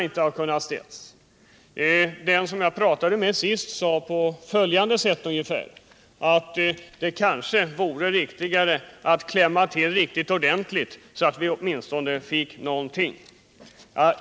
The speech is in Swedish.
Innebörden av vad den som jag talade med sist sade var ungefär att det kan vara riktigare att ta till ordentligt, så att vi åtminstone kan få någonting.